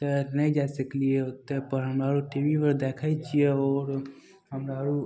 तेँ नहि जा सिखलिए ताहिपर हम आओर टी वी पर देखै छिए आओर हमरा आओर